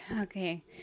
okay